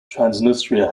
transnistria